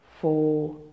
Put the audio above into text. four